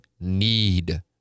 need